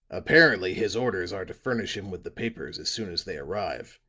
apparently his orders are to furnish him with the papers as soon as they arrive.